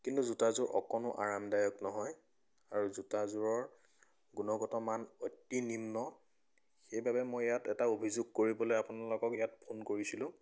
কিন্তু জোতাযোৰ অকণো আৰামদায়ক নহয় আৰু জোতাযোৰৰ গুণগত মান অতি নিম্ন সেইবাবে মই ইয়াত এটা অভিযোগ কৰিবলৈ আপোনালোকক ইয়াত ফোন কৰিছিলোঁ